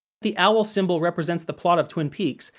the owl symbol represents the plot of twin peaks,